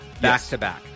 back-to-back